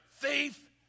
thief